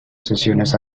sesiones